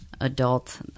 adult